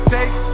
Take